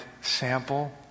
sample